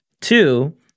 Two